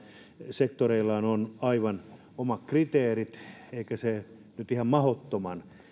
sektoreillaan on aivan omat kriteerit eikä se nyt ihan mahdottoman